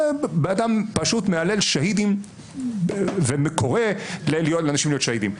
בן אדם פשוט מהלל שאהידים וקורא לאנשים להיות שאהידים.